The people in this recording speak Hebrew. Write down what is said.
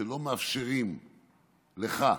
שלא מאפשרים לך,